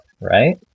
right